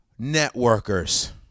networkers